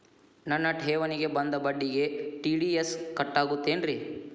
ನನ್ನ ಠೇವಣಿಗೆ ಬಂದ ಬಡ್ಡಿಗೆ ಟಿ.ಡಿ.ಎಸ್ ಕಟ್ಟಾಗುತ್ತೇನ್ರೇ?